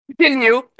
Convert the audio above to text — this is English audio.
Continue